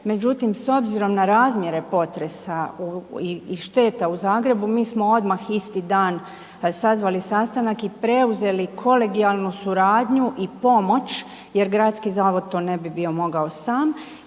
Međutim, s obzirom na razmjere potresa i šteta u Zagrebu, mi smo odmah isti dan sazvali sastanak i preuzeli kolegijalnu suradnju i pomoć jer gradski zavod to ne bi bio mogao sam